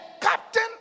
captain